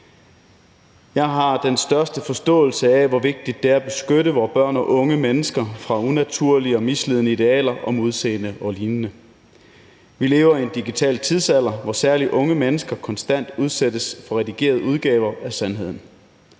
Jeg har den største forståelse for, hvor vigtigt det er at beskytte vore børn og unge mennesker fra unaturlige og misledende idealer om udseende og lignende. Vi lever i en digital tidsalder, hvor særlig unge mennesker konstant udsættes for redigerede udgaver af sandheden.